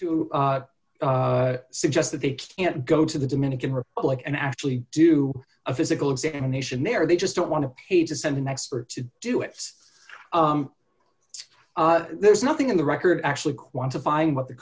to suggest that they can't go to the dominican republic and actually do a physical examination there they just don't want to pay to send an expert to do it there's nothing in the record actually quantify what the